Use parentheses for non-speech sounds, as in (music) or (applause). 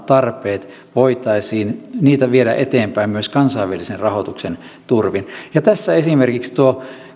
(unintelligible) tarpeet voitaisiin viedä eteenpäin myös kansainvälisen rahoituksen turvin ja tässä esimerkiksi